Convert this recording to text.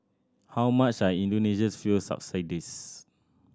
how much are Indonesia's fuel subsidies